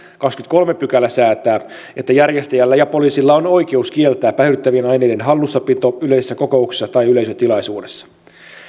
kahdeskymmeneskolmas pykälä säätää että järjestäjällä ja poliisilla on oikeus kieltää päihdyttävien aineiden hallussapito yleisessä kokouksessa tai yleisötilaisuudessa